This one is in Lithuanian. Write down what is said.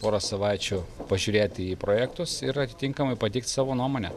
porą savaičių pažiūrėti į projektus ir atitinkamai pateikt savo nuomonę